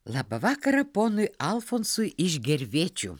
labą vakarą ponui alfonsui iš gervėčių